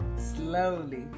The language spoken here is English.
Slowly